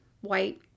white